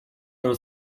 oder